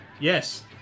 Yes